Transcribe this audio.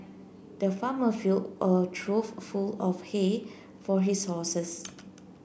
the farmer filled a trough full of hay for his horses